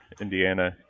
Indiana